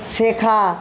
শেখা